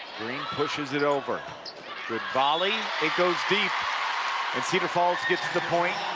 green pushes it over volley it goes deep and cedar falls gets the point,